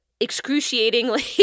excruciatingly